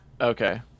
Okay